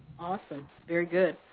awesome. very good.